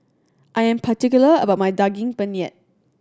I am particular about my Daging Penyet